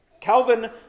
Calvin